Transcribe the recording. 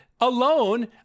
alone